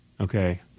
Okay